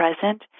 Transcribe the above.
present